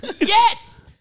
Yes